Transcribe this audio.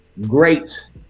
great